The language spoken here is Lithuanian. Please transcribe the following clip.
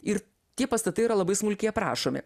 ir tie pastatai yra labai smulkiai aprašomi